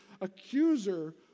accuser